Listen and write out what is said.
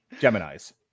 Geminis